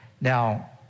Now